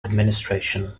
administration